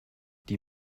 die